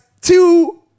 two